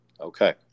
okay